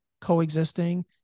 coexisting